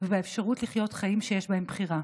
ואפשרות לחיות חיים שיש בהם בחירה.